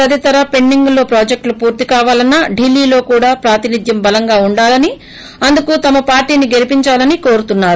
తదితర పెండిగ్ లో ప్రాజెక్టులు పూర్త కావాలన్నా ఢిల్లీలో కూడా ప్రాతినిధ్యం బలంగా ఉండాలని అందుకు తమ పార్టీని గెలిపించాలని కోరుతున్నారు